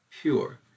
pure